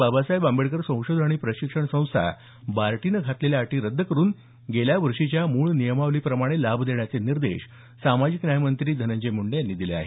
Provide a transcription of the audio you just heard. बाबासाहेब आंबेडकर संशोधन आणि प्रशिक्षण संस्था बार्टीने घातलेल्या अटी रद्द करून गेल्या वर्षीच्या मूळ नियमावलीप्रमाणेच लाभ देण्याचे निर्देश सामाजिक न्याय मंत्री धनंजय मुंडे यांनी दिले आहेत